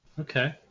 Okay